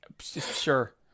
Sure